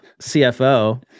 CFO